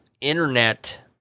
internet